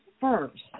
first